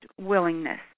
willingness